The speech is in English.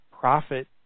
profit